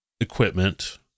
equipment